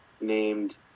named